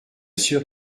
sûr